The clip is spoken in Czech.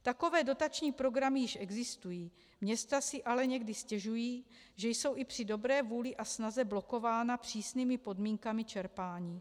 Takové dotační programy již existují, města si ale někdy stěžují, že jsou při dobré vůli a snaze blokována přísnými podmínkami čerpání.